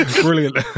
brilliant